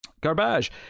Garbage